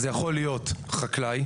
זה יכול להיות חקלאי,